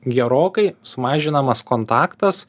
gerokai sumažinamas kontaktas